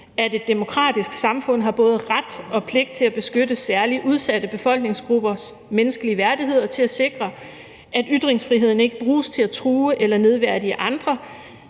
at et demokratisk samfund har både ret og pligt til at beskytte særligt udsatte befolkningsgruppers menneskelige værdighed og til at sikre, at ytringsfriheden ikke bruges til at true eller nedværdige andre